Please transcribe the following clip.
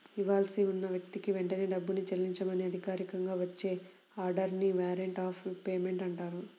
ఇవ్వాల్సి ఉన్న వ్యక్తికి వెంటనే డబ్బుని చెల్లించమని అధికారికంగా వచ్చే ఆర్డర్ ని వారెంట్ ఆఫ్ పేమెంట్ అంటారు